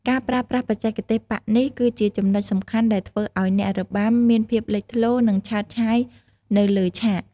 ការប្រើប្រាស់បច្ចេកទេសប៉ាក់នេះ គឺជាចំណុចសំខាន់ដែលធ្វើឱ្យអ្នករបាំមានភាពលេចធ្លោ និងឆើតឆាយនៅលើឆាក។